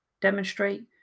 demonstrate